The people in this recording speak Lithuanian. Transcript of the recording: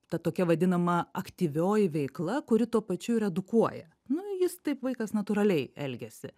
ta tokia vadinama aktyvioji veikla kuri tuo pačiu ir edukuoja nu jis taip vaikas natūraliai elgiasi